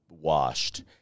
washed